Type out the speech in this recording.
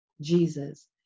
Jesus